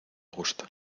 gusta